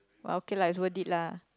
but okay lah it's worth it lah